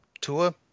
tour